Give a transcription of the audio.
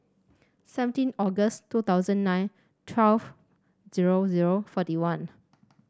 seventeen August two thousand nine twelve zero zero forty one